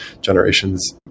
generations